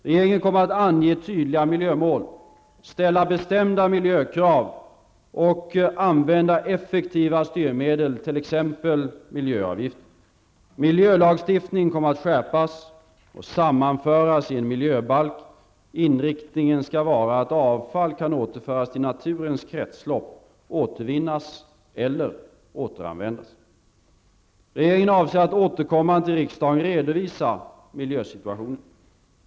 Regeringen kommer att ange tydliga miljömål, ställa bestämda miljökrav och använda effektiva styrmedel, t.ex. miljöavgifter. Miljölagstiftningen kommer att skärpas och sammanföras i en miljöbalk. Inriktningen skall vara att avfall kan återföras till naturens kretslopp, återvinnas eller återanvändas. Regeringen avser att återkommande till riksdagen redovisa miljösituationen.